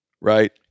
Right